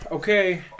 Okay